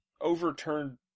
overturned